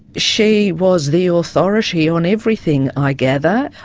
she was the authority on everything, i gather.